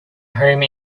home